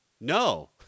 no